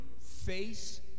face